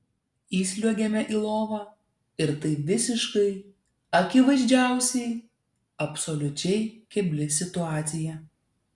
įsliuogiame į lovą ir tai visiškai akivaizdžiausiai absoliučiai kebli situacija